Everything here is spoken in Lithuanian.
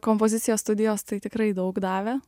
kompozicijos studijos tai tikrai daug davė